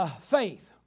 Faith